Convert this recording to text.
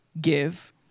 give